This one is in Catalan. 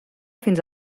fins